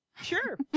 sure